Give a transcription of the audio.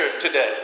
today